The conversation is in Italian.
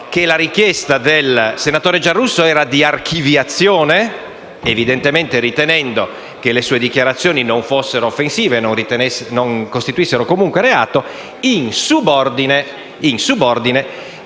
la richiesta del senatore Giarrusso era di archiviazione, ritenendo evidentemente che le sue dichiarazioni non fossero offensive e non costituissero comunque reato; in subordine,